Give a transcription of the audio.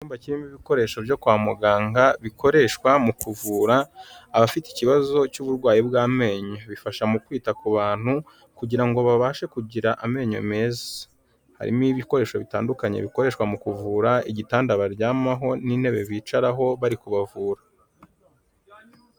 Icyumba kirimo ibikoresho byo kwa muganga bikoreshwa mu kuvura abafite ikibazo cy'uburwayi bw'amenyo, bifasha mu kwita ku bantu kugira ngo babashe kugira amenyo meza, harimo ibikoresho bitandukanye bikoreshwa mu kuvura igitanda baryamaho n'intebe bicaraho bari kubavura.